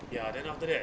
ya then after that